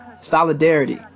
solidarity